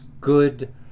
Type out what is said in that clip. good